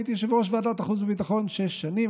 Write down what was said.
והייתי יושב-ראש ועדת החוץ והביטחון שש שנים.